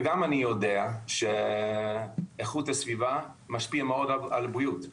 אני יודע שאיכות הסביבה משפיעה מאוד על הבריאות.